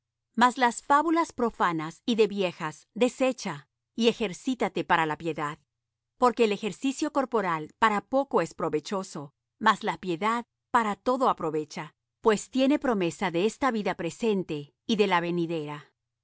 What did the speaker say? mas las fábulas profanas y de viejas desecha y ejercítate para la piedad porque el ejercicio corporal para poco es provechoso mas la piedad para todo aprovecha pues tiene promesa de esta vida presente y de la venidera